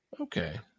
Okay